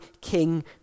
king